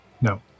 No